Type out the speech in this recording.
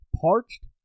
Parched